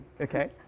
Okay